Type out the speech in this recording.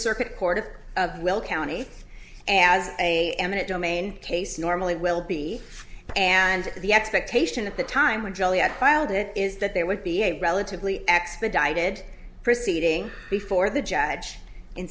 circuit court of will county and as a eminent domain case normally will be and the expectation at the time when juliet filed it is that there would be a relatively expedited proceeding before the judge in